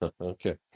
okay